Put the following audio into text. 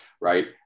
right